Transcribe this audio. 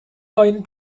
neuen